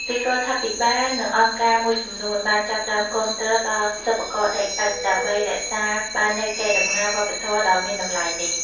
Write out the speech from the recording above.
រាជរដ្ឋាភិបាល និងអង្គការមួយចំនួនបានចាប់ផ្ដើមគាំទ្រដល់សិប្បករដីឥដ្ឋ ដើម្បីរក្សាបាននូវកេរដំណែលវប្បធម៌ដ៏មានតម្លៃនេះ។